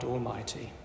Almighty